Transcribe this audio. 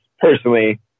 personally